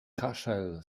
kaszel